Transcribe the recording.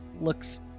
looks